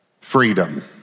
freedom